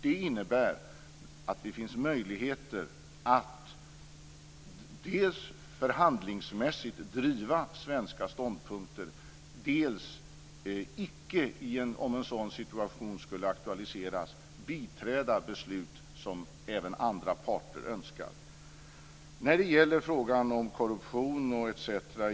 Det innebär att det finns möjligheter att dels förhandlingsmässigt driva svenska ståndpunkter, dels om en sådan situation skulle aktualiseras icke biträda beslut som andra parter önskar. När det gäller frågan om korruption etc.